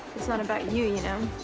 it's not about you, you know.